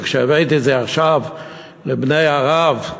וכשהבאתי את זה עכשיו לבני הרב,